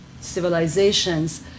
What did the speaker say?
civilizations